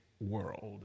world